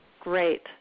Great